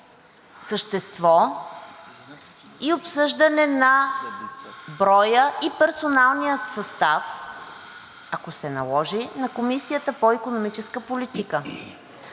същество и обсъждане на броя и персоналния състав, ако се наложи, на Комисията по икономическа политика.